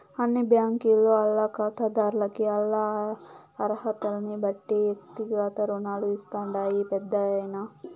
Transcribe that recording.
అన్ని బ్యాంకీలు ఆల్ల కాతాదార్లకి ఆల్ల అరహతల్నిబట్టి ఎక్తిగత రుణాలు ఇస్తాండాయి పెద్దాయనా